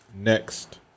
Next